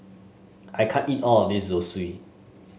I can't eat all of this Zosui